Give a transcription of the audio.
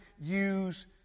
use